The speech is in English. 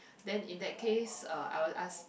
then in that case uh I will ask